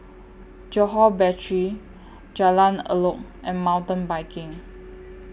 Johore Battery Jalan Elok and Mountain Biking